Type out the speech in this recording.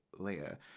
Leia